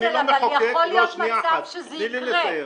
אני לא מחוקק --- יכול להיות מצב שזה יקרה.